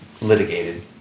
litigated